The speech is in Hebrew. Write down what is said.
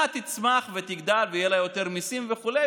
תצמח ותגדל ויהיו לה יותר מיסים וכו',